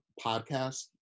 podcast